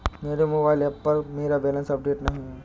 मेरे mobile app पर मेरा बैलेंस अपडेट नहीं है